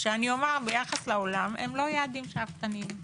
שביחס לעולם הם לא יעדים שאפתניים.